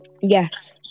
Yes